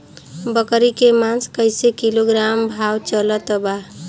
बकरी के मांस कईसे किलोग्राम भाव चलत बा?